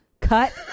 cut